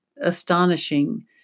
astonishing